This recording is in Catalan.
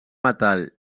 metall